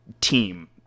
team